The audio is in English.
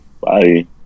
Bye